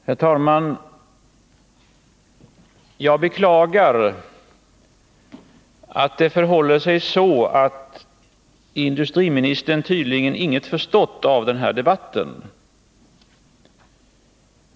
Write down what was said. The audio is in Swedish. Herr talman! Jag beklagar att det förhåller sig så, att industriministern tydligen inget förstått av den här debatten.